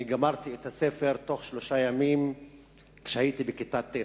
גמרתי את הספר בתוך שלושה ימים כשהייתי עדיין בכיתה ט'.